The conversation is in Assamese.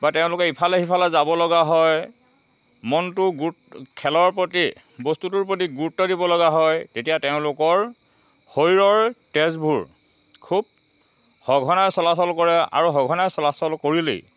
বা তেওঁলোকে ইফালে সিফলে যাবলগা হয় মনটো খেলৰ প্ৰতি বস্তুটোৰ প্ৰতি গুৰুত্ব দিবলগা হয় তেতিয়া তেওঁলোকৰ শৰীৰৰ তেজবোৰ খুব সঘনে চলাচল কৰে আৰু সঘনে চলাচল কৰিলেই